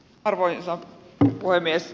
arvoisa puhemies